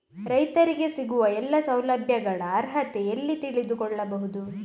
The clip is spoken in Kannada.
ರೈತರಿಗೆ ಸಿಗುವ ಎಲ್ಲಾ ಸೌಲಭ್ಯಗಳ ಅರ್ಹತೆ ಎಲ್ಲಿ ತಿಳಿದುಕೊಳ್ಳಬಹುದು?